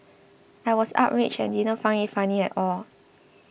I was outraged and didn't find it funny at all